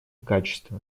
качестве